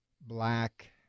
black